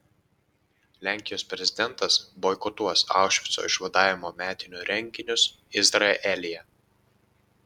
lenkijos prezidentas boikotuos aušvico išvadavimo metinių renginius izraelyje